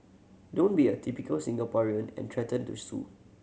don't be a typical Singaporean and threaten to sue